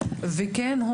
וכן,